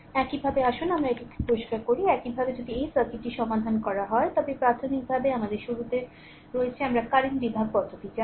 একইভাবে আসুন আমরা এটি পরিষ্কার করি একইভাবে যদি এই সার্কিটটি সমাধান করা হয় তবে এটি প্রাথমিকভাবে আমাদের শুরুতে রয়েছে আমরা কারেন্ট বিভাগ পদ্ধতি জানি